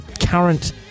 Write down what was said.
current